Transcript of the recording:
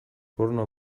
porno